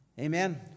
Amen